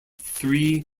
three